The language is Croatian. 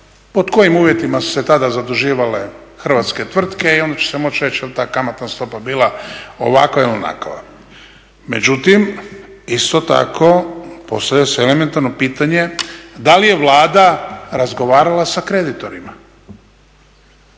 pod kojim uvjetima su se tada zaduživale hrvatske tvrtke i onda će se moći reći jel ta kamatna stopa bila ovakva ili onakva. Međutim, isto tako postavlja se elementarno pitanje da li je Vlada razgovarala sa kreditorima.